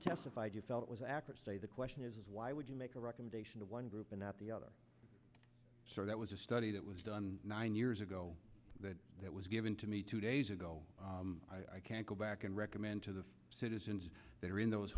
testified you felt it was accurate to say the question is why would you make a recommendation to one group and not the other so that was a study that was done nine years ago that that was given to me two days ago i can't go back and recommend to the citizens that are in those